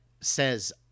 says